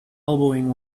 elbowing